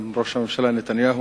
ובין ראש הממשלה נתניהו,